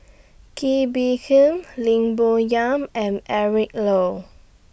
Kee Bee Khim Lim Bo Yam and Eric Low